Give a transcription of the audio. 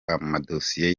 amadosiye